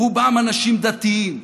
רובם אנשים דתיים,